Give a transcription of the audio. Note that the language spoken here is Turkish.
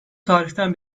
tarihten